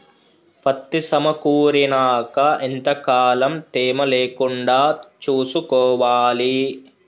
పత్తి సమకూరినాక ఎంత కాలం తేమ లేకుండా చూసుకోవాలి?